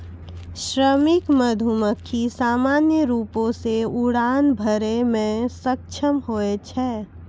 श्रमिक मधुमक्खी सामान्य रूपो सें उड़ान भरै म सक्षम होय छै